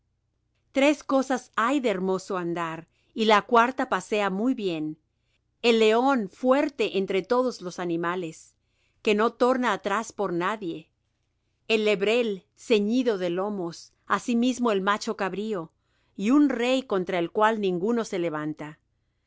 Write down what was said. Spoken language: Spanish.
tres cosas hay de hermoso andar y la cuarta pasea muy bien el león fuerte entre todos los animales que no torna atrás por nadie el lebrel ceñido de lomos asimismo el macho cabrío y un rey contra el cual ninguno se levanta